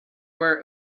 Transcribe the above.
were